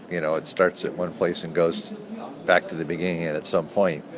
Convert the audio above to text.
you know, it starts at one place and goes back to the beginning at at some point.